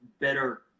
better